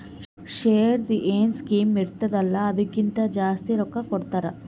ಶೇರ್ದು ಎನ್ ಕಿಮ್ಮತ್ ಇರ್ತುದ ಅಲ್ಲಾ ಅದುರ್ಕಿಂತಾ ಜಾಸ್ತಿನೆ ರೊಕ್ಕಾ ಕೊಡ್ತಾರ್